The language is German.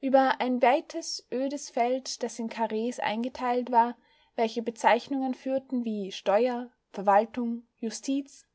über ein weites ödes feld das in karrees eingeteilt war welche bezeichnungen führten wie steuer verwaltung justiz